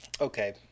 Okay